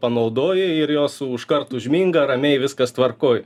panaudoji ir jos užkart užminga ramiai viskas tvarkoj